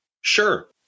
Sure